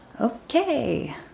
Okay